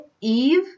Eve